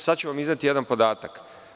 Sada ću vam izneti jedan podatak.